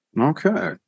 Okay